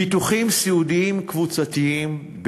ביטוחים סיעודיים קבוצתיים,